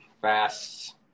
fast